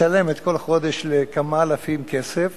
משלמת כל חודש לכמה אלפים כסף.